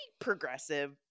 progressive